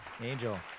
Angel